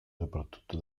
soprattutto